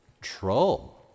Troll